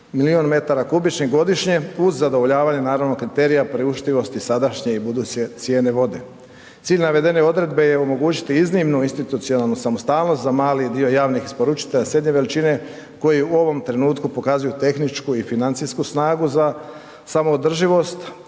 milijun m3 godišnje uz zadovoljavanje naravno kriterija priuštivosti sadašnje i buduće cijene vode. Cilj navedene odredbe je omogućiti iznimnu institucionalnu samostalnost za mali dio javnih isporučitelja srednje veličine koje u ovom trenutku pokazuju tehničku i financijsku snagu za samoodrživost,